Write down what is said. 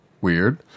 weird